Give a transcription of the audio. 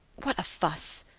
what a fuss!